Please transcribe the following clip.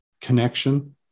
connection